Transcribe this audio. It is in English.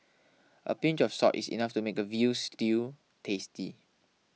a pinch of salt is enough to make a Veal Stew tasty